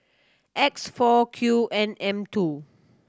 X four Q N M two